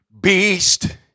beast